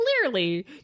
clearly